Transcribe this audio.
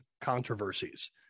Controversies